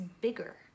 bigger